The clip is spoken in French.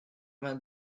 vingt